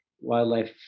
wildlife